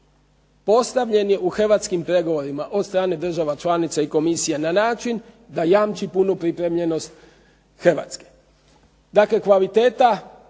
postavljen je u hrvatskim pregovorima od strane država članica i komisija na način da jamči punu pripremljenost Hrvatske. Dakle, kvaliteta